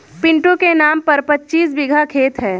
पिंटू के नाम पर पच्चीस बीघा खेत है